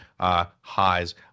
highs